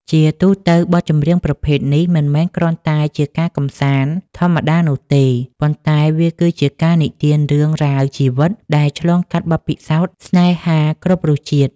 ជាទូទៅ បទចម្រៀងប្រភេទនេះមិនមែនគ្រាន់តែជាការកម្សាន្តធម្មតានោះទេ ប៉ុន្តែវាគឺជាការនិទានរឿងរ៉ាវជីវិតដែលឆ្លងកាត់បទពិសោធន៍ស្នេហាគ្រប់រសជាតិ។